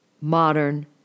modern